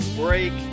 break